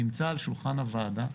שנמצא על שולחן הוועדה,